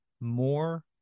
more